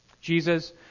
Jesus